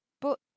But